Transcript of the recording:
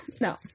no